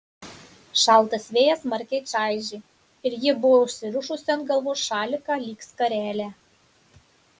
šaltas vėjas smarkiai čaižė ir ji buvo užsirišusi ant galvos šaliką lyg skarelę